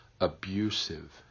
abusive